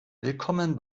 willkommen